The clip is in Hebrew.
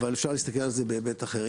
אבל אפשר להסתכל על זה בהיבט אחר.